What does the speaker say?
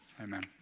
Amen